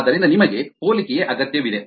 ಆದ್ದರಿಂದ ನಿಮಗೆ ಹೋಲಿಕೆಯ ಅಗತ್ಯವಿದೆ